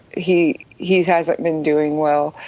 he he hasn't been doing well.